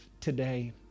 today